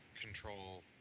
control